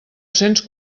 cents